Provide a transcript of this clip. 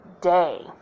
day